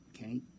okay